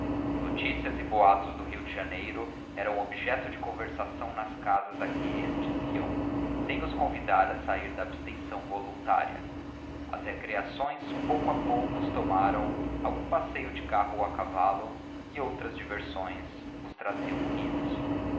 notícias e boatos do rio de janeiro eram objeto de conversação nas casas a que eles iam sem os convidar a sair da abstenção voluntária as recreações pouco a pouco os tomaram algum passeio de carro ou a cavalo e outras diversões os traziam unidos